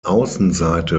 außenseite